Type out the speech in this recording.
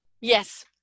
Yes